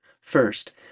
First